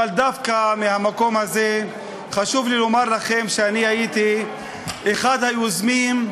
אבל דווקא מהמקום הזה חשוב לי לומר לכם שהייתי אחד היוזמים,